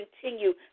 continue